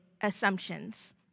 assumptions